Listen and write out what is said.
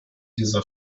dieser